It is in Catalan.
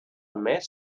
mes